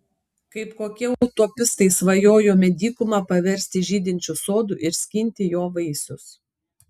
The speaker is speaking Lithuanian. kaip kokie utopistai svajojome dykumą paversti žydinčiu sodu ir skinti jo vaisius